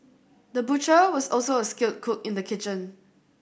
the butcher was also a skilled cook in the kitchen